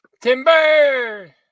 Timber